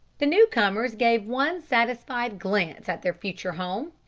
the newcomers gave one satisfied glance at their future home,